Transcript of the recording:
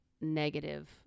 negative